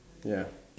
ya